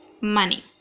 money